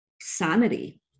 sanity